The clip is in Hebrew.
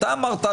אתה אמרת,